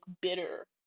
bitter